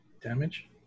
Damage